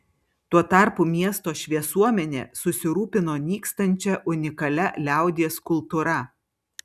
tuo tarpu miesto šviesuomenė susirūpino nykstančia unikalia liaudies kultūra